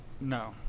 No